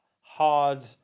hard